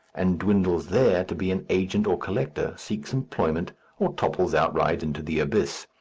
and dwindles there to be an agent or collector, seeks employment or topples outright into the abyss.